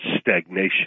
stagnation